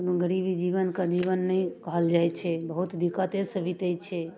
गरीबी जीवनके जीवन नहि कहल जाइ छै बहुत दिक्कतेसँ बितै छै